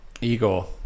Igor